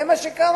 זה מה שקרה.